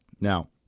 Now